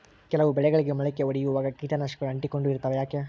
ಕೆಲವು ಬೆಳೆಗಳಿಗೆ ಮೊಳಕೆ ಒಡಿಯುವಾಗ ಕೇಟನಾಶಕಗಳು ಅಂಟಿಕೊಂಡು ಇರ್ತವ ಯಾಕೆ?